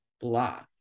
blah